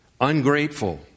ungrateful